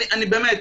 באמת,